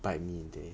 bit me in the